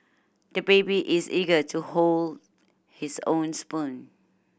the baby is eager to hold his own spoon